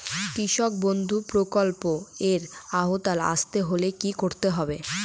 কৃষকবন্ধু প্রকল্প এর আওতায় আসতে হলে কি করতে হবে?